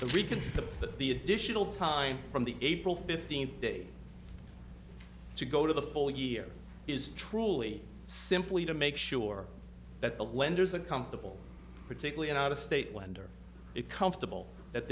but the additional time from the april fifteenth day to go to the full year is truly simply to make sure that the lenders are comfortable particularly in out of state lender it comfortable that